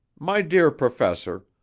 my dear professor,